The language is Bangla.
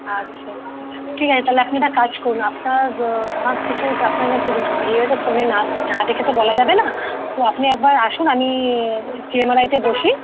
আচ্ছা ঠিক আছে তাহলে আপনি একটা কাজ করুন আপনার কিছুটা আপনাকে একটু বুঝ এইভাবে তো ফোনে না না দেখে তো বলা যাবে না তো আপনি একবার আসুন আমি সিএমআরআইতে বসি